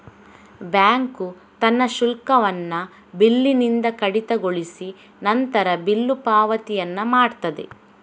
bank ತನ್ನ ಶುಲ್ಕವನ್ನ ಬಿಲ್ಲಿನಿಂದ ಕಡಿತಗೊಳಿಸಿ ನಂತರ ಬಿಲ್ಲು ಪಾವತಿಯನ್ನ ಮಾಡ್ತದೆ